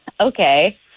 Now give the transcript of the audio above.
Okay